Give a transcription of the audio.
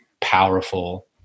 powerful